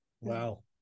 wow